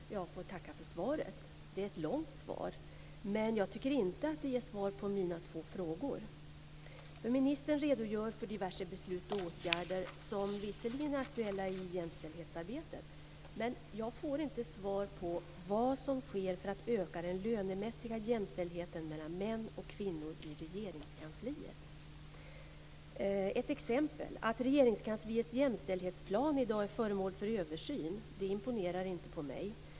Herr talman! Jag får tacka för svaret. Det är ett långt svar, men jag tycker inte att det ger svar på mina två frågor. Ministern redogör för diverse beslut och åtgärder som visserligen är aktuella i jämställdhetsarbetet. Men jag får inte svar på vad som sker för att öka den lönemässiga jämställdheten mellan män och kvinnor i Regeringskansliet. Ett exempel är att Regeringskansliets jämställdhetsplan i dag är föremål för översyn. Det imponerar inte på mig.